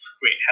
great